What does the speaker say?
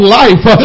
life